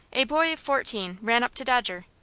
a boy of fourteen ran up to dodger.